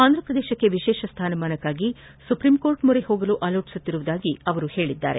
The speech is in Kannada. ಆಂಧ್ರಪ್ರದೇಶಕ್ಕೆ ವಿಶೇಷ ಸ್ಥಾನಮಾನಕ್ಕಾಗಿ ಸುಪ್ರೀಂಕೋರ್ಟ್ ಮೊರೆ ಹೋಗಲು ಆಲೋಚಿಸುತ್ತಿರುವುದಾಗಿ ಅವರು ಹೇಳಿದರು